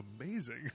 amazing